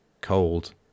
cold